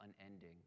unending